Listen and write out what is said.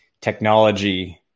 technology